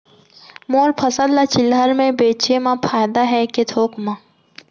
मोर फसल ल चिल्हर में बेचे म फायदा है के थोक म?